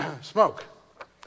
smoke